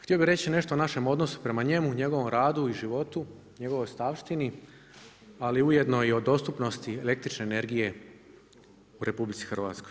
Htio bih reći nešto o našem odnosu prema njemu, njegovom radu i životu, njegovoj ostavštini ali ujedno i o dostupnost električne energije u RH.